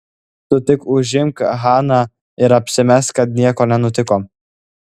tu tik užimk haną ir apsimesk kad nieko nenutiko